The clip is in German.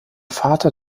vater